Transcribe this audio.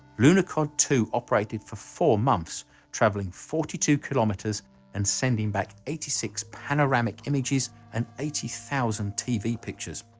lunokhod two operated for four months traveling forty two kilometers and sending back eighty six panoramic images and eighty thousand tv pictures.